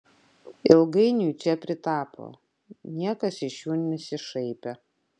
ilgainiui čia pritapo niekas iš jų nesišaipė